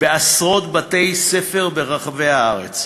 בעשרות בתי-ספר ברחבי הארץ.